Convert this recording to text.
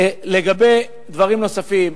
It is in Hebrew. לגבי דברים נוספים,